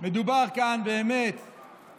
מדובר כאן בנער